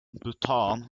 bhutan